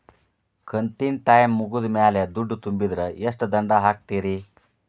ಕಂತಿನ ಟೈಮ್ ಮುಗಿದ ಮ್ಯಾಲ್ ದುಡ್ಡು ತುಂಬಿದ್ರ, ಎಷ್ಟ ದಂಡ ಹಾಕ್ತೇರಿ?